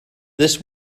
this